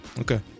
Okay